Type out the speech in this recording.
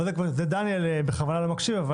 אבל זה דניאל בכוונה לא מקשיב.